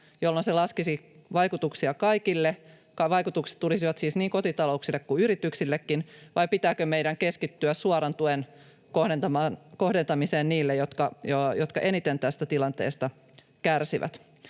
jolloin se laskisi vaikutuksia kaikille — vaikutukset tulisivat siis niin kotitalouksille kuin yrityksillekin — vai pitääkö meidän keskittyä suoran tuen kohdentamiseen niille, jotka eniten tästä tilanteesta kärsivät.